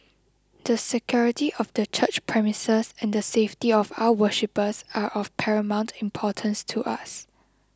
the security of the church premises and the safety of our worshippers are of paramount importance to us